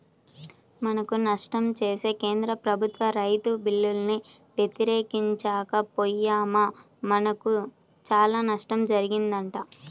మనకు నష్టం చేసే కేంద్ర ప్రభుత్వ రైతు బిల్లుల్ని వ్యతిరేకించక పొయ్యామా మనకు చానా నష్టం జరిగిద్దంట